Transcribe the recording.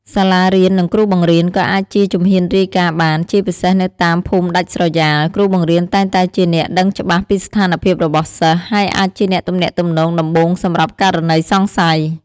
សាលារៀន និងគ្រូបង្រៀន ក៏អាចជាជំហានរាយការណ៍បាន ជាពិសេសនៅតាមភូមិដាច់ស្រយាល គ្រូបង្រៀនតែងតែជាអ្នកដែលដឹងច្បាស់ពីស្ថានភាពរបស់សិស្ស ហើយអាចជាអ្នកទំនាក់ទំនងដំបូងសម្រាប់ករណីសង្ស័យ។